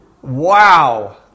wow